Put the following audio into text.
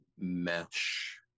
mesh